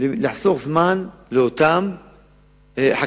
כדי לחסוך זמן לאותם חקלאים